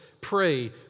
Pray